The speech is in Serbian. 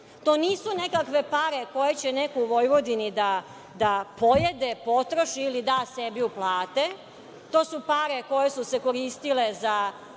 To nisu nekakve pare koje će neko u Vojvodini da pojede, potroši ili da sebi u plate. To su pare koje su se koristile za